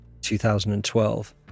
2012